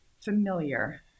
familiar